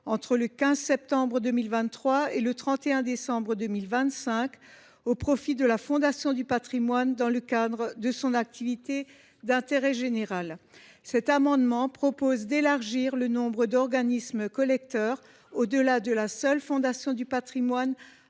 entre le 15 septembre 2023 et le 31 décembre 2025 au profit de la Fondation du patrimoine, dans le cadre de son activité d’intérêt général. Cet amendement tend à élargir le nombre d’organismes collecteurs, au delà de cette seule fondation, à d’autres